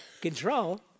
Control